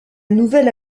nouvelle